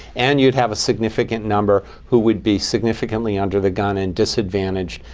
and you'd have a significant number who would be significantly under the gun, and disadvantaged,